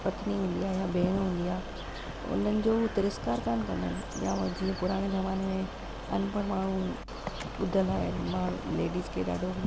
पत्नी हूंदी आहे या भेणु हूंदी आहे उन्हनि जो उहे तिरस्कार कोन कंदा आहिनि या उहे जीअं पुराणे ज़माने में अनपढ़ माण्हू ॿुधियलु आहे माण्हू लेडीस खे ॾाढो